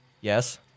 Yes